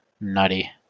nutty